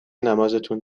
نمازتون